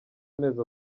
amezi